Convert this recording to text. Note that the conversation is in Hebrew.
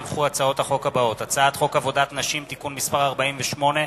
מטעם הכנסת: הצעת חוק עבודת נשים (תיקון מס' 48)